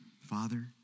Father